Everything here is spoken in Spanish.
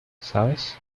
sabes